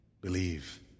believe